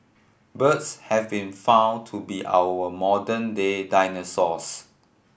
birds have been found to be our modern day dinosaurs